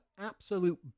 absolute